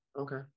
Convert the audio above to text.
okay